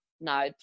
no